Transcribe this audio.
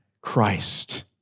Christ